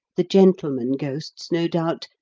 the gentlemen ghosts, no doubt,